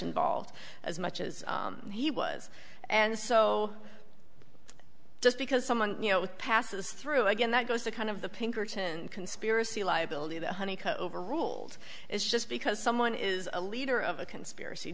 involved as much as he was and so just because someone you know with passes through again that goes to kind of the pinkerton conspiracy liability the honey comb over ruled is just because someone is a leader of a conspiracy